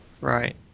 Right